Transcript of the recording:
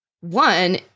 one